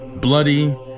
bloody